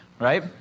right